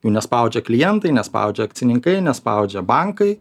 jų nespaudžia klientai nespaudžia akcininkai nespaudžia bankai